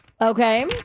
okay